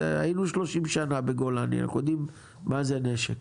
היינו 30 שנה בגולני, אנחנו יודעים מה זה נשק.